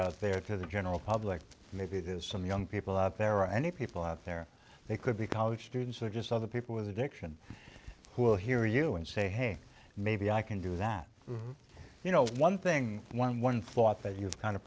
out there to the general public maybe there's some young people out there any people out there they could be college students or just other people with addiction who will hear you and say hey maybe i can do that you know one thing one thought that you've kind of